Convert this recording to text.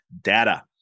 data